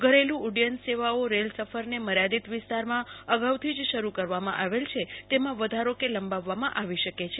ઘરૈલું ઉદયુન સેવા અને રેલ સફરને માર્યાદિત વિસ્તારમાં અગાઉથી જ શરૂ કરવામાં આવૈલુ છે તૈમાં વધારો કે લંબાવવામાં આવી શકે છે